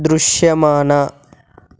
దృశ్యమాన